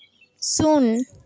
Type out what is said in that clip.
ᱥᱩᱱ